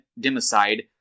democide